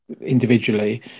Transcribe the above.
individually